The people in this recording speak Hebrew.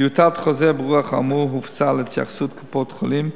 טיוטת חוזר ברוח האמור הופצה להתייחסות קופות-החולים.